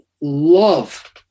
love